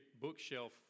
bookshelf